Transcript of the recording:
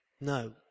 no